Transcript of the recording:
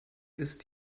ist